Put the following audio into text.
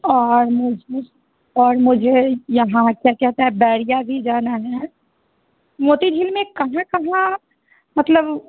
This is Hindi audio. और मुझे और मुझे यहाँ क्या कहते हैं बैरिया भी जाना है मोती झील में कहाँ कहाँ मतलब